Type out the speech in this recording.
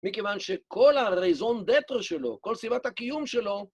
מכיוון שכל הריזון דטרו שלו, כל סביבת הקיום שלו,